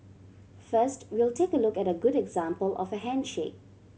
first we'll take a look at a good example of a handshake